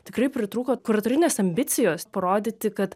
tikrai pritrūko kuratorinės ambicijos parodyti kad